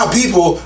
people